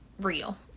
real